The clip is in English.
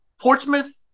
Portsmouth